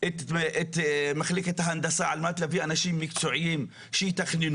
את מחלקת ההנדסה על מנת להביא אנשים מקצועיים שיתכננו,